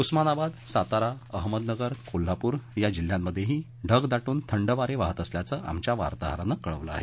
उस्मानाबाद सातारा अहमदनगर कोल्हापूर या जिल्ह्यांमध्येही ढग दाटून थंड वारे वाहत असल्याचं आमच्या वार्ताहरानं कळवलं आहे